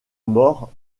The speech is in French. mort